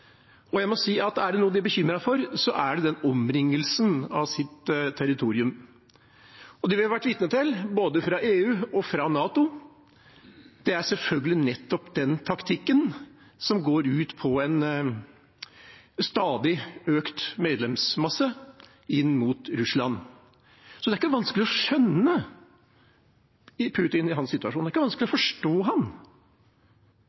Jeg må si at er det noe de er bekymret for, er det den omringingen av sitt territorium. Det vi har vært vitne til både fra EU og fra NATO, er nettopp den taktikken, som går ut på en stadig økt medlemsmasse, inn mot Russland. Så det er ikke vanskelig å skjønne Putin i hans situasjon. Det er ikke vanskelig å